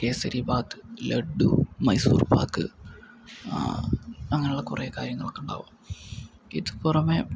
കേസരി ബാത്ത് ലഡു മൈസൂർ പാക്ക് അങ്ങനെയുള്ള കുറെ കാര്യങ്ങളൊക്കെ ഉണ്ടാവാം ഇതു പുറമേ